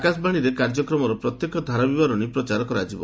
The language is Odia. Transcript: ଆକାଶବାଣୀରେ କାର୍ଯ୍ୟକ୍ରମର ପ୍ରତ୍ୟକ୍ଷ ଧାରାବିବରଣୀ ପ୍ରଚାର କରାଯିବ